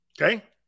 Okay